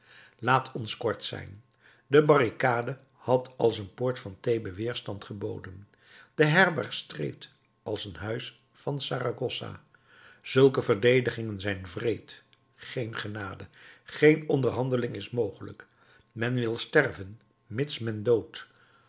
laat ons kort zijn de barricade had als een poort van thebe weerstand geboden de herberg streed als een huis van sarragossa zulke verdedigingen zijn wreed geen genade geen onderhandeling is mogelijk men wil sterven mits men doodt